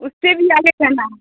उससे भी आगे चलना है